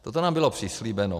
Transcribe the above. Toto nám bylo přislíbeno.